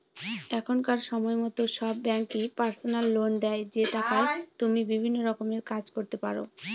এখনকার সময়তো সব ব্যাঙ্কই পার্সোনাল লোন দেয় যে টাকায় তুমি বিভিন্ন রকমের কাজ করতে পারো